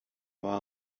waren